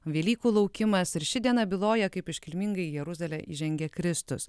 velykų laukimas ir ši diena byloja kaip iškilmingai jeruzalę įžengė kristus